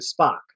spock